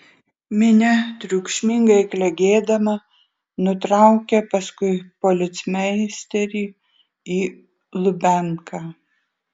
minia triukšmingai klegėdama nutraukė paskui policmeisterį į lubianką